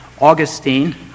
Augustine